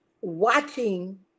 watching